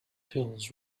hills